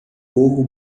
gorro